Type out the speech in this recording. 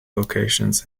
locations